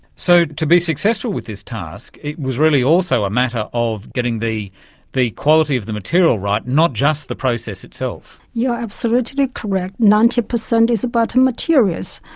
so to be successful with this task it was really also a matter of getting the the quality of the material right, not just the process itself. you're absolutely correct, ninety percent is about materials,